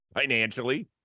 financially